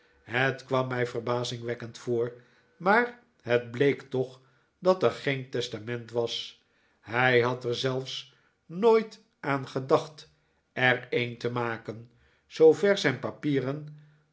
het kwam mij verbazingwekkend voor maar het bleek toch dat er geen testament was hij had er zelfs nooit aan gedacht er een te maken zoover zijn papieren